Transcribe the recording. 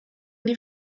die